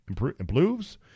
improves